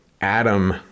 adam